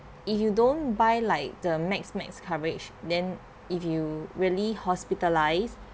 if you don't buy like the max max coverage then if you really hospitalised